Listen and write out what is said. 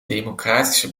democratische